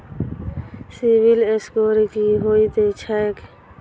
CIBIL score की होइत छैक?